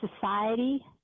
society